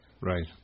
Right